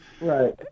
Right